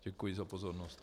Děkuji za pozornost.